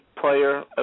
player